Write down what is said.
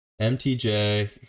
MTJ